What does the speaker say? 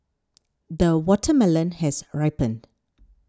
the watermelon has ripened